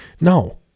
No